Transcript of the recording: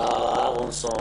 שרה אהרונסון,